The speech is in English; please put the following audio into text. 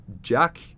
Jack